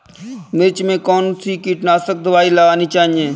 मिर्च में कौन सी कीटनाशक दबाई लगानी चाहिए?